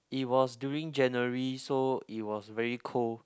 it was during January so it was very cold